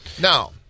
Now